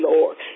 Lord